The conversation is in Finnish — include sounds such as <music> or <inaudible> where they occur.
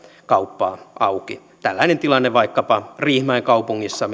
kauppaa auki tällainen tilanne on vaikkapa riihimäen kaupungissa <unintelligible>